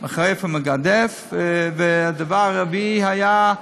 מחרף ומגדף, והדבר הרביעי היה,